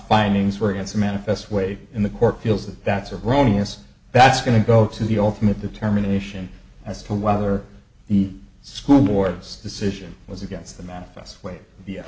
findings were against the manifest way in the court feels that that's erroneous that's going to go to the ultimate determination as to whether the school board's decision was against the mouth us way